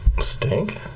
Stink